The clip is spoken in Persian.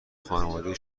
خانواده